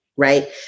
right